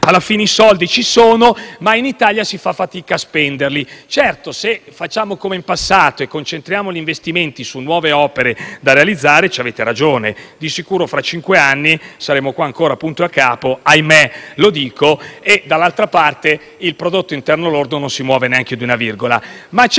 alla fine i soldi ci sono, ma in Italia si fa fatica a spenderli. Certo, se facciamo come in passato e concentriamo gli investimenti su nuove opere da realizzare, avete ragione voi: di sicuro fra cinque anni saremo ancora qui punto e a capo - ahimè, lo dico - e dall'altra parte il Prodotto interno lordo non si muove neanche di una virgola.